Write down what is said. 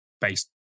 based